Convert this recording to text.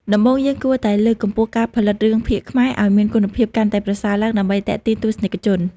ដំបូង យើងគួរតែលើកកម្ពស់ការផលិតរឿងភាគខ្មែរឲ្យមានគុណភាពកាន់តែប្រសើរឡើងដើម្បីទាក់ទាញទស្សនិកជន។